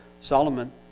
Solomon